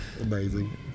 Amazing